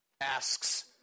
asks